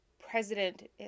President